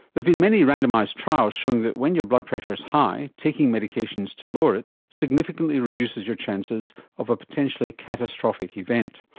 but been many randomised trials showing that when your blood pressure's high, taking medications to lower it, significantly reduces your chances of a potentially catastrophic event.